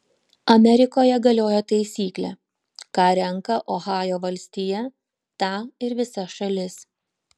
amerikoje galioja taisyklė ką renka ohajo valstija tą ir visa šalis